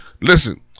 Listen